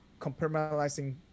compartmentalizing